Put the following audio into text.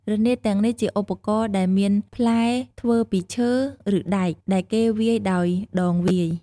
រនាតទាំងនេះជាឧបករណ៍ដែលមានផ្លែធ្វើពីឈើ ឬដែក ដែលគេវាយដោយដងវាយ។